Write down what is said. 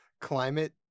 climate